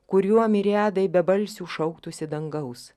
kuriuo miriadai bebalsių šauktųsi dangaus